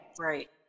Right